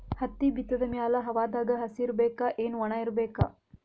ಹತ್ತಿ ಬಿತ್ತದ ಮ್ಯಾಲ ಹವಾದಾಗ ಹಸಿ ಇರಬೇಕಾ, ಏನ್ ಒಣಇರಬೇಕ?